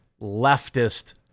leftist